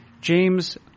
James